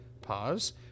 pause